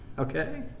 Okay